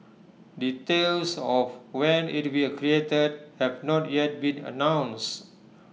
details of when IT will created have not yet been announced